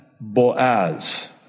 Boaz